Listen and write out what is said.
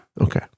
Okay